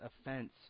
offense